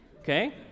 okay